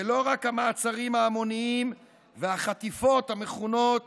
זה לא רק המעצרים ההמוניים והחטיפות המכונות